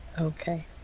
okay